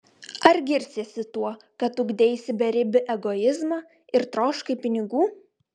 ar girsies tuo kad ugdeisi beribį egoizmą ir troškai pinigų